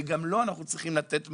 וגם לו אנחנו צריכים לתת מענה.